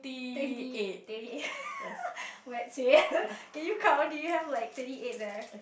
twenty thirty eight !wahseh! can you count do you have like thirty eight there